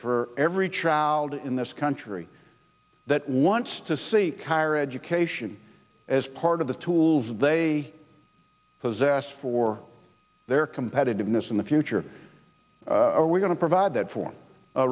for every child in this country that wants to see higher education as part of the tools they possess for their competitiveness in the future are we going to provide that for